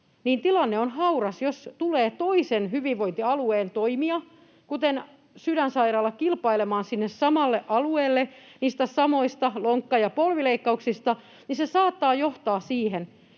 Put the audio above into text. tilanne on hauras. Jos tulee toisen hyvinvointialueen toimija, kuten Sydänsairaala, kilpailemaan sinne samalle alueelle samoista lonkka- ja polvileikkauksista, niin se saattaa johtaa siihen,